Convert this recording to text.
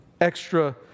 extra